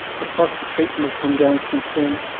the costs of treatment have come down since then,